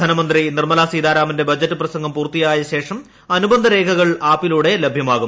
ധനമന്ത്രി നിർമല സീതാരാമന്റെ ബജറ്റ് പ്രസംഗം പൂർത്തിയായ ശേഷം അനുബന്ധ രേഖകൾ ആപ്പിലൂടെ ലഭ്യമാകും